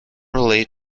relate